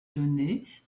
donné